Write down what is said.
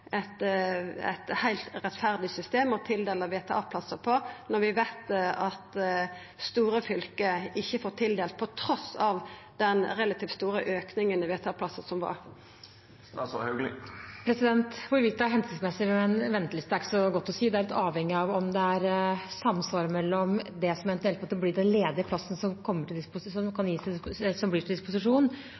heilt rettferdig system å tildela VTA-plassar etter, når vi veit at store fylke ikkje vert tildelt, trass i den relativt store auken i VTA-plassar som har vore. Hvorvidt det er hensiktsmessig med en venteliste, er ikke så godt å si. Det er litt avhengig av om det er samsvar mellom det som eventuelt måtte bli av ledige plasser til disposisjon, og brukernes behov og forutsetninger. Det